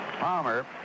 Palmer